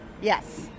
Yes